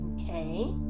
Okay